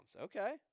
Okay